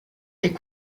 est